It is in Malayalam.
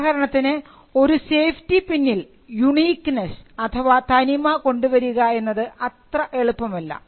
ഉദാഹരണത്തിന് ഒരു സേഫ്റ്റി പിന്നിൽ യുണീക്ക്നെസ്സ് അഥവാ തനിമ കൊണ്ടുവരിക എന്നത് അത്ര എളുപ്പമല്ല